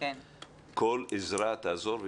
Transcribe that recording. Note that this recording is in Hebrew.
כל עזרה תעזור.